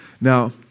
Now